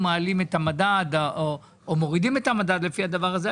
מעלים את המדד או מורידים את המדד לפי הדבר הזה.